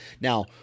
now